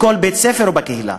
בכל בית-ספר ובקהילה.